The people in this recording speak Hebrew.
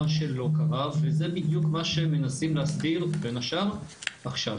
מה שלא קרה וזה בדיוק מה שמנסים להסדיר בין השאר עכשיו.